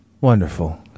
Wonderful